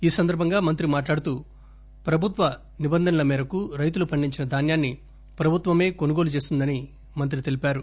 ఈ సందర్భంగా మంత్రి మాట్లాడుతూ ప్రభుత్వ నిబంధనల మేరకు రైతులు పండించిన ధాన్యాన్ని ప్రభుత్వమే కొనుగోలు చేస్తుందని మంత్రి తెలిపారు